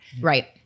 Right